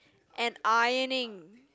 and ironing